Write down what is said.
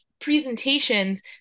presentations